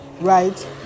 right